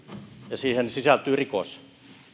ja siihen sisältyy rikos